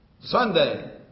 Sunday